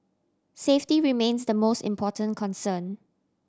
safety remains the most important concern